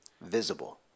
visible